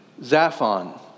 Zaphon